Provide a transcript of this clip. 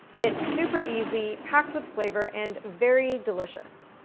it's super easy, packed with flavor, and very delicious.